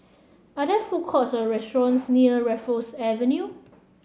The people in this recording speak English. are there food courts or restaurants near Raffles Avenue